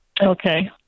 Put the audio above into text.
Okay